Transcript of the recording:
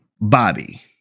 Bobby